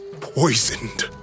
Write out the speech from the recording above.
poisoned